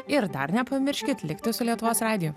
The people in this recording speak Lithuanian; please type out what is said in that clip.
ir dar nepamirškit likti su lietuvos radiju